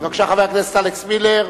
בבקשה, חבר הכנסת אלכס מילר.